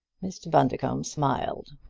mr. bundercombe smiled.